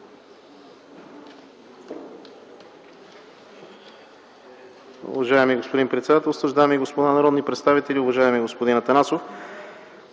Уважаеми господин председателстващ, дами и господа народни представители, уважаеми господин Атанасов!